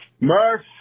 Murph